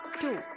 two